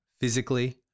physically